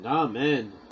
Amen